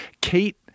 Kate